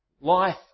Life